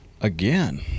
again